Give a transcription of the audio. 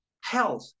Health